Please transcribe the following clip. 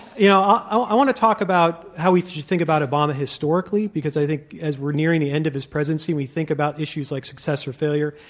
you know, i want to talk about how we should think about obama historically, because i think, as we're nearing the end of his presidency, when we think about issues like success or failure,